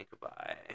goodbye